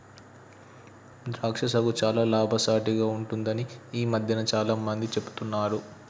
ద్రాక్ష సాగు చాల లాభసాటిగ ఉంటుందని ఈ మధ్యన చాల మంది చెపుతున్నారు